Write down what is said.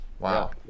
Wow